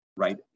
Right